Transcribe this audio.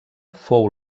fou